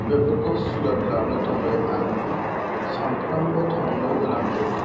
बेफोरखौ सुलाद लानो थाखाय आङो सानफ्रोमबो थांनो गोनां जायो